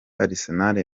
arsenal